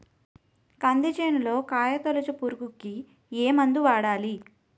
కంది చేనులో కాయతోలుచు పురుగుకి ఏ మందు వాడాలి?